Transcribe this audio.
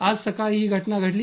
आज सकाळी ही घटना घडली